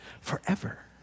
forever